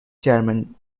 chairman